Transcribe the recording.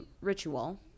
ritual